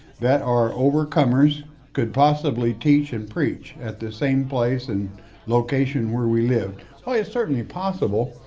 that our overcomers could possibly teach and preach at the same place and location where we lived? oh, it's certainly possible.